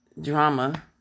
drama